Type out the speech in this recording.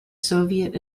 soviet